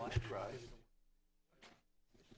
all right